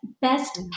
best